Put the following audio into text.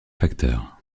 facteurs